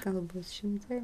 gal bus šimtai